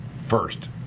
first